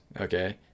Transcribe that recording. okay